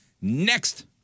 Next